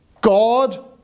God